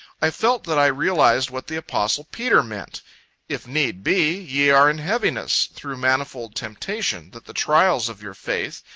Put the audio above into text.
i felt that i realized what the apostle peter meant if need be, ye are in heaviness, through manifold temptation, that the trials of your faith,